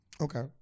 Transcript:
Okay